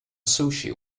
sushi